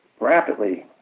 rapidly